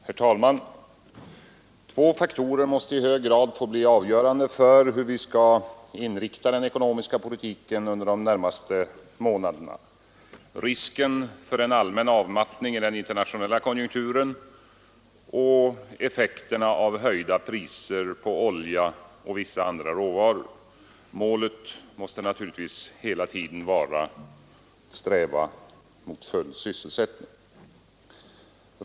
Herr talman! Två faktorer måste i hög grad få bli avgörande för hur vi skall inrikta den ekonomiska politiken under de närmaste månaderna: risken för en allmän avmattning i den internationella konjunkturen och effekterna av höjda priser på olja och vissa andra råvaror. Målet måste naturligtvis hela tiden vara full sysselsättning.